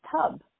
tub